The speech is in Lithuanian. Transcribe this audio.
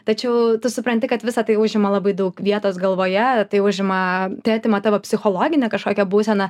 tačiau tu supranti kad visa tai užima labai daug vietos galvoje tai užima tai atima tavo psichologinę kažkokią būseną